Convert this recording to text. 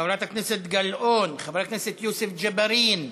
חברת הכנסת גלאון, חבר הכנסת יוסף ג'בארין,